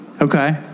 Okay